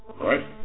Right